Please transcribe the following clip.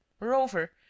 Moreover